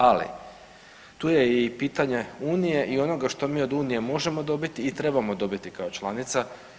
Ali tu je i pitanje Unije i onoga što mi od Unije možemo dobiti i trebamo dobiti kao članica.